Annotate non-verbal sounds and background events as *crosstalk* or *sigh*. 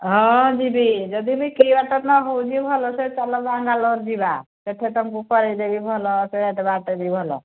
ହଁ ଯିବି ଯଦି ବି *unintelligible* ହେଉଛି ଭଲ ସେ ଚାଲ ବାଙ୍ଗାଲୋର୍ ଯିବା ସେଠି ତୁମକୁ କରେଇଦେବି ଭଲ ରେଟ୍ ବାଟ୍ ବି ଭଲ